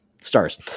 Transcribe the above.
Stars